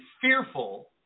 fearful